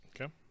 Okay